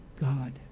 God